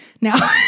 Now